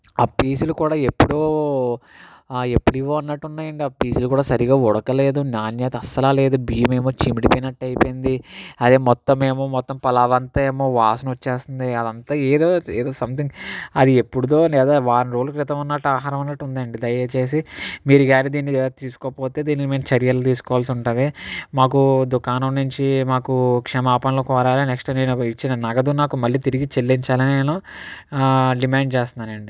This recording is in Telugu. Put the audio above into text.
ఆ పీసులు కూడా ఎప్పుడో ఎప్పుడివో అన్నట్టు ఉన్నాయి అండి ఆ పీసులు కూడా సరిగా ఉడకలేదు నాణ్యత అస్సలు లేదు బీము ఏమో చీమిడిపోయినట్టు అయిపోయింది అది మొత్తం ఏమో మొత్తం పలావ అంత ఏమో వాసన వచ్చేస్తుంది అదంతా ఏదో ఏదో సమ్థింగ్ అది ఎప్పుడుదో లేదా వారం రోజులు క్రితం ఆహారం ఉన్నట్టు ఉండండి దయచేసి మీరు కానీ దీన్ని తీసుకోకపోతే దీని మేము చర్యలు తీసుకోవాల్సి ఉంటుంది మాకు దుకాణం నుంచి మాకు క్షమాపణలు కోరాలి నెక్స్ట్ నేను ఇచ్చిన నగదును నాకు మళ్ళీ తిరిగి చెల్లించాలని నేను డిమాండ్ చేస్తున్నాను అండి